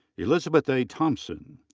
elizabeth a. thompson.